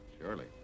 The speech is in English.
Surely